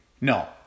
no